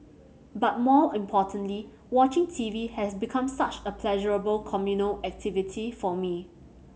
but more importantly watching TV has become such a pleasurable communal activity for me